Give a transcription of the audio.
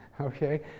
okay